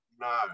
No